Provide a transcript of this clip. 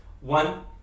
One